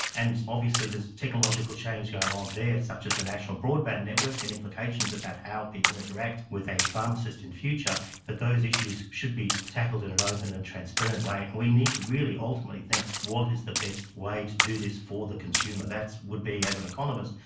and obviously there's technological change going on there, such as the national broadband network, and implications about how people interact with a pharmacist in future, but those issues should be tackled in an open and transparent way, and we need to really ultimately think what is the best way to do this for the consumer. that would be, as an economist,